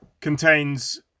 contains